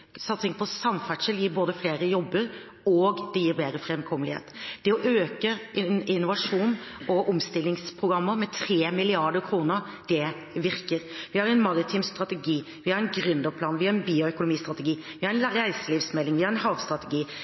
Satsing på samferdsel gir både flere jobber og bedre fremkommelighet. Å øke innovasjons- og omstillingsprogrammer med 3 mrd. kr virker. Vi har en maritim strategi. Vi har en gründerplan. Vi har en bioøkonomistrategi. Vi har en reiselivsmelding. Vi har en havstrategi.